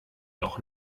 noch